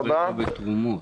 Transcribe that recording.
תודה רבה.